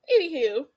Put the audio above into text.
Anywho